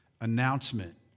announcement